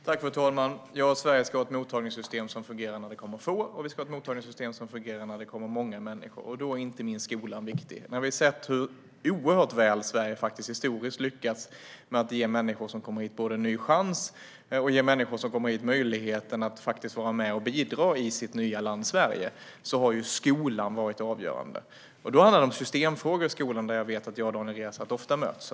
Fru talman! Sverige ska ha ett mottagningssystem som fungerar både när det kommer få och när det kommer många människor. Då är inte minst skolan viktig. Historiskt har Sverige faktiskt lyckats oerhört väl med att ge människor som kommer hit både en ny chans och möjligheten att vara med och bidra i sitt nya land, och skolan har varit avgörande för detta. Det handlar då om systemfrågor i skolan, och där vet jag att jag och Daniel Riazat ofta möts.